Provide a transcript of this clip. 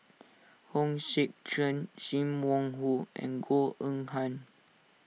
Hong Sek Chern Sim Wong Hoo and Goh Eng Han